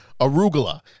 arugula